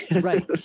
Right